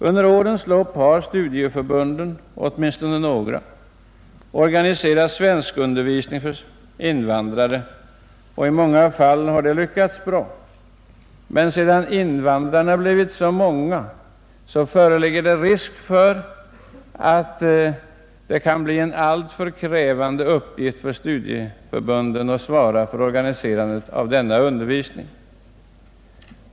Under årens lopp har studieförbunden, åtminstone några av dem, organiserat svenskundervisning för invandrare, och i många fall har det lyckats bra. Men sedan invandrarna blivit så många föreligger det risk för att det kan bli en alltför krävande uppgift för studieförbunden att svara för organiserandet av denna undervisning.